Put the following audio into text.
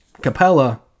Capella